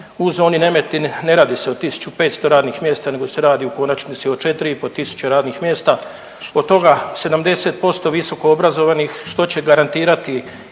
zoni Nemetin, ne radi se o 1500 radnih mjesta nego se radi u konačnici o 4,5 tisuće radnih mjesta, od toga 70% visokoobrazovnih, što će garantirati i